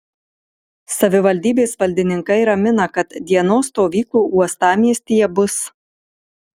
savivaldybės valdininkai ramina kad dienos stovyklų uostamiestyje bus